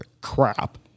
crap